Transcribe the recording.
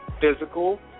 physical